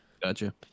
Gotcha